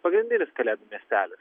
pagrindinis kalėdų miestelis